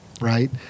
right